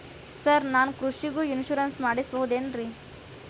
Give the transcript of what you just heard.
Sir ನಾನು ಕೃಷಿಗೂ insurance ಮಾಡಸಬಹುದೇನ್ರಿ?